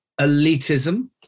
elitism